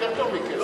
יותר טוב מכסף.